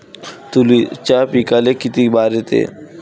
तुरीच्या पिकाले किती बार येते?